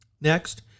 Next